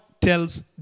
tells